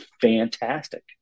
fantastic